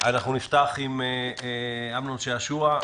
נפתח עם אמנון שעשוע,